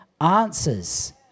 answers